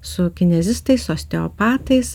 su kinezistais osteopatais